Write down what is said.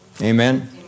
Amen